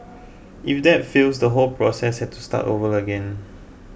if that fails the whole process had to start over again